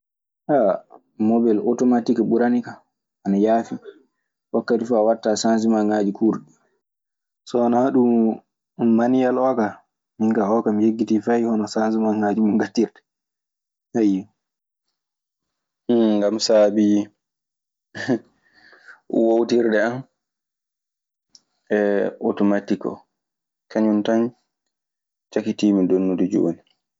mobel otomatiki ɓuranikan. Ana yaafi, wakkati fuu a waɗtaa sansemaaŋaaji kuurɗi. So wanaa ɗun maniyel oo kaa. Min kaa oo kaa, mi yejjitii fay hono sansemanŋaaji mun ngaɗtirtee, ayyo. Ngam saabii woowtirde an e otomatik oo. Kañun tan cakitiimi donnude jooni.